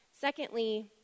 Secondly